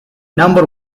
number